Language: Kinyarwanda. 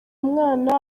mwana